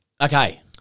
Okay